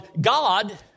God